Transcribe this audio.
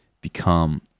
become